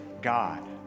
God